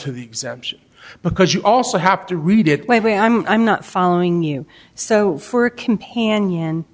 to the exemption because you also have to read it my way i'm i'm not following you so for a companion